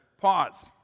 Pause